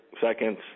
seconds